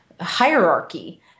hierarchy